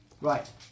right